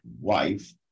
wife